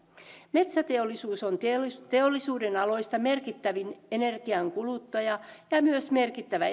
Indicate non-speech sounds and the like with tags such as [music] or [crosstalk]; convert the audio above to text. metsäteollisuus on teollisuuden aloista merkittävin energian kuluttaja ja ja myös merkittävä [unintelligible]